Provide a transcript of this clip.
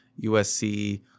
USC